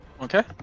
okay